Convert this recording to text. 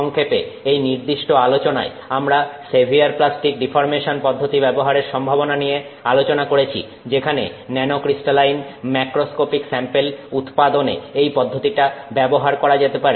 সংক্ষেপে এই নির্দিষ্ট আলোচনায় আমরা সেভিয়ার প্লাস্টিক ডিফর্মেশন পদ্ধতি ব্যবহারের সম্ভাবনা নিয়ে আলোচনা করেছি যেখানে ন্যানোক্রিস্টালাইন ম্যাক্রোস্কোপিক স্যাম্পেল উৎপাদনে এই পদ্ধতিটা ব্যবহার করা যেতে পারে